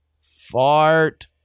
Fart